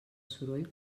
soroll